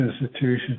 institution